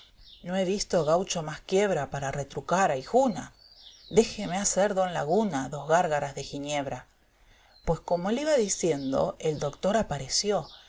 no he visto gajueho más quiebra para retrucar ahijuna dejemé hacer don laguna dos gárgaras de ginebra pues como le iba diciendo el dotor apareció